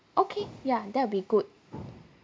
okay ya that would be good